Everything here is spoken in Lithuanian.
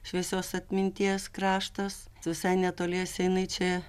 šviesios atminties kraštas visai netoliese jinai čia